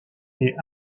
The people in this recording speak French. est